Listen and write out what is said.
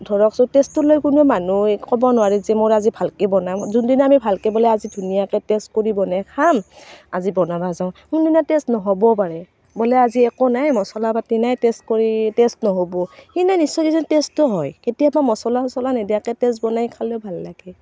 ধৰকচোন টেষ্টটো লৈ কোনো মানুহে ক'ব নোৱাৰে যে মোৰ আজি ভালকৈ বনাম যোনদিনা আমি ভালকৈ বোলে আজি ধুনীয়াকৈ টেষ্ট কৰি বনাই খাম আজি বনা নাযাওঁ সেইদিনা টেষ্ট নহ'বও পাৰে বোলে আজি একো নাই মছলা পাতি নাই টেষ্ট নহ'ব সেইদিনা নিশ্চয় কিজানী টেষ্টটো হয় কেতিয়াবা মছলা চছলা নিদিয়াকৈ টেষ্ট বনাই খালেও ভাল লাগে